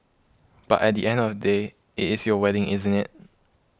but at the end of the day it is your wedding isn't it